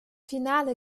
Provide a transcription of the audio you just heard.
finale